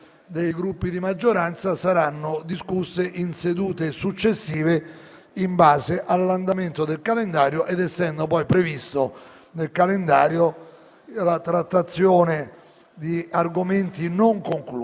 dei Gruppi di maggioranza saranno discusse in sedute successive in base all'andamento del calendario dei lavori, essendo poi prevista nel calendario la trattazione di argomenti non conclusi.